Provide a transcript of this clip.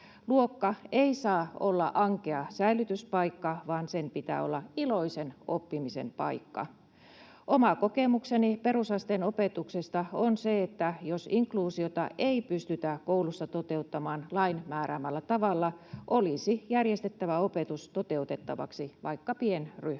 Luokka ei saa olla ankea säilytyspaikka, vaan sen pitää olla iloisen oppimisen paikka. Oma kokemukseni perusasteen opetuksesta on se, että jos inkluusiota ei pystytä koulussa toteuttamaan lain määräämällä tavalla, olisi järjestettävä opetus toteutettavaksi vaikka pienryhmässä.